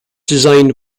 designed